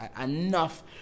enough